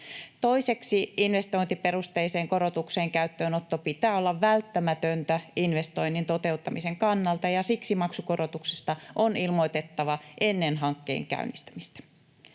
Toiseksi investointiperusteisen korotuksen käyttöönoton pitää olla välttämätöntä investoinnin toteuttamisen kannalta, ja siksi maksukorotuksesta on ilmoitettava ennen hankkeen käynnistämistä.